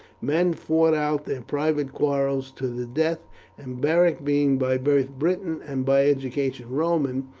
men fought out their private quarrels to the death and beric, being by birth briton and by education roman,